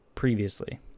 Previously